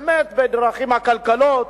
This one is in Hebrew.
באמת, בדרכים עקלקלות,